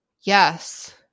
yes